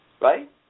Right